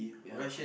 ya